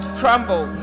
crumble